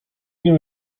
nią